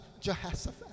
Jehoshaphat